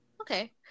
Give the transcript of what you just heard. Okay